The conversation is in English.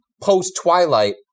post-Twilight